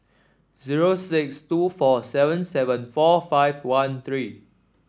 zero six two four seven seven four five one three